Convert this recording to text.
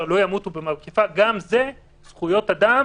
לא ימותו במגפה גם זה זכויות אדם,